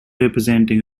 representing